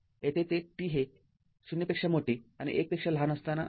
येथे ते t हे ० पेक्षा मोठे आणि १ पेक्षा लहान असताना आहे